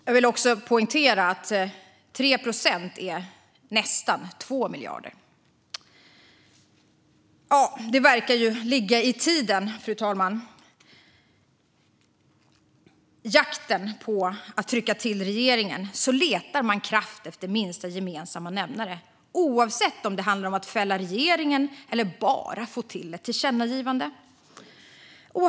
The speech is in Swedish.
Jag vill också poängtera att 3 procent är nästan 2 miljarder. Ja, detta verkar ligga i tiden, fru talman. I jakten på att trycka till regeringen letar man krasst efter minsta gemensamma nämnare oavsett om det handlar om att fälla regeringen eller bara om att få till ett tillkännagivande.